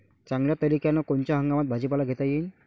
चांगल्या तरीक्यानं कोनच्या हंगामात भाजीपाला घेता येईन?